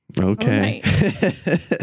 Okay